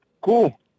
Cool